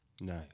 Nice